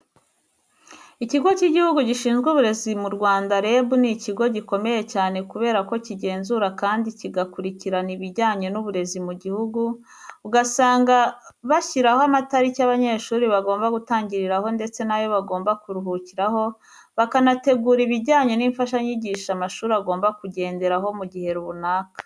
Ikigo cy'Igihugu Gishinzwe Uburezi mu Rwanda REB, ni ikigho gikomeye cyane kubera ko kigenzura kandi kigakurikirana ibijyanye n'uburezi mu gihugu, ugasanga bashyiraho amatariki abanyeshuri bagomba gutangiriraho ndetse n'ayo bagomba kuruhukiraho, bakanategura ibijyanye n'imfashanyigisho amashuri agomba kugenderaho mu gihe runaka.